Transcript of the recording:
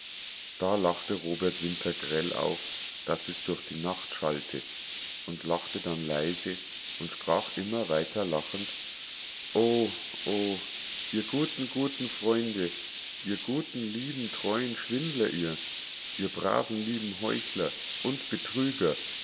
da lachte robert winter grell auf daß es durch die nacht schallte und lachte dann leise und sprach immer weiter lachend o o ihr guten guten guten freunde ihr guten lieben treuen schwindler ihr ihr braven lieben heuchler und betrüger